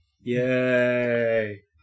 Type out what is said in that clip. Yay